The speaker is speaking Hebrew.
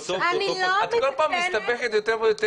אני לא מתקנת --- את כל פעם מסתבכת יותר ויותר,